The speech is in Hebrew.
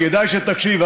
כדאי שתקשיב.